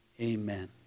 Amen